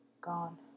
gone